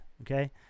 okay